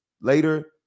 later